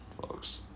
folks